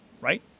right